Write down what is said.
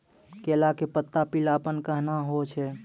केला के पत्ता पीलापन कहना हो छै?